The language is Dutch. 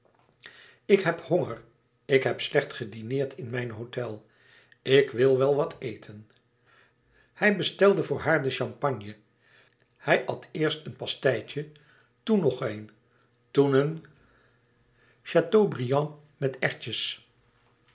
ik heb honger ik heb slecht gedineerd in mijn hôtel ik wil wel wat eten hij bestelde voor haar de champagne hij at eerst een pasteitje toen nog een en toen een châteaubriand met erwtjes